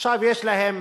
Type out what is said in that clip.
עכשיו יש להם